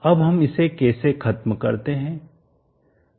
अब हम इसे कैसे खत्म करते हैं